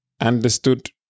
understood